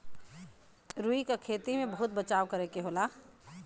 रुई क खेती में बहुत बचाव करे के होला